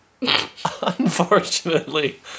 Unfortunately